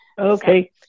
Okay